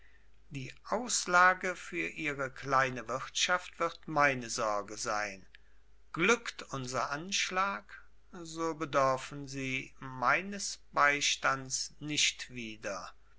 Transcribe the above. die auslage für ihre kleine wirtschaft wird meine sorge sein glückt unser anschlag so bedörfen sie meines beistands nicht wieder